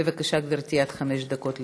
בבקשה, גברתי, עד חמש דקות לרשותך.